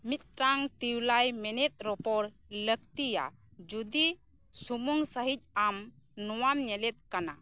ᱢᱤᱫᱴᱟᱝ ᱛᱤᱣᱞᱟᱭ ᱢᱮᱱᱮᱫ ᱨᱚᱯᱚᱲ ᱞᱟᱹᱠᱛᱤᱜᱼᱟ ᱡᱩᱫᱤ ᱥᱩᱢᱩᱝ ᱥᱟᱹᱦᱤᱡ ᱟᱢ ᱱᱚᱣᱟᱢ ᱧᱮᱞᱮᱫ ᱠᱟᱱᱟ